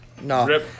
No